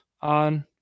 on